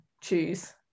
choose